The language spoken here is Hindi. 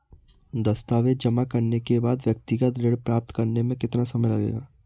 दस्तावेज़ जमा करने के बाद व्यक्तिगत ऋण प्राप्त करने में कितना समय लगेगा?